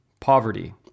poverty